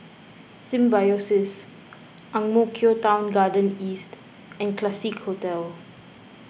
Symbiosis Ang Mo Kio Town Garden East and Classique Hotel